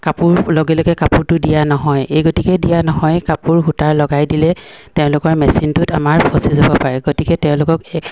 কাপোৰ লগে লগে কাপোৰটো দিয়া নহয় এই গতিকে দিয়া নহয় কাপোৰ সূতা লগাই দিলে তেওঁলোকৰ মেচিনটোত আমাৰ ফঁচি যাব পাৰে গতিকে তেওঁলোকক